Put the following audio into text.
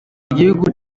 igihugu